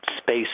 space